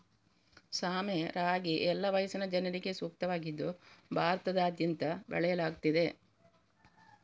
ಸಾಮೆ ರಾಗಿ ಎಲ್ಲಾ ವಯಸ್ಸಿನ ಜನರಿಗೆ ಸೂಕ್ತವಾಗಿದ್ದು ಭಾರತದಾದ್ಯಂತ ಬೆಳೆಯಲಾಗ್ತಿದೆ